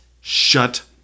Shut